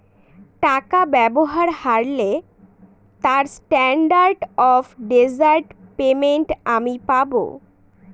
টাকা ব্যবহার হারলে তার স্ট্যান্ডার্ড অফ ডেজার্ট পেমেন্ট আমি পাব